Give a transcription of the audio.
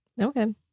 Okay